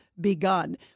begun